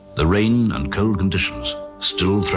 the rain and cold conditions still